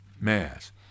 mass